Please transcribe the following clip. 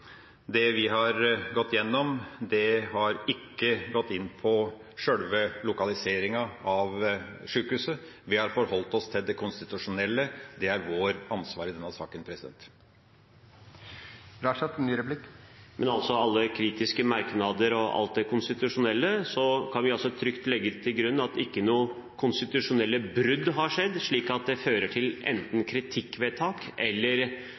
Det vi har gått gjennom, har ikke gått inn på sjølve lokaliseringa av sykehuset. Vi har forholdt oss til det konstitusjonelle. Det er vårt ansvar i denne saken. Men etter alle kritiske merknader og alt det konstitusjonelle kan vi trygt legge til grunn at ikke noen konstitusjonelle brudd har skjedd, slik at det fører til enten kritikkvedtak eller